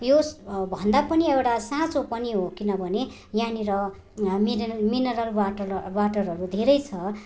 यो भन्दा पनि एउटा साँचो पनि हो किनभने यहाँनिर मिरेन मिनरल वाटर वाटरहरू धेरै छ